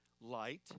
light